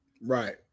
right